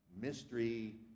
mystery